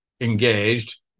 engaged